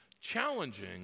challenging